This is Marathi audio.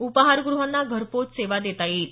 उपाहारग्रहांना घरपोहोच सेवा देता येईल